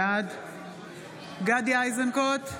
בעד גדי איזנקוט,